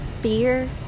Fear